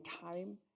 time